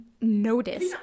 Notice